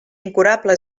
incurable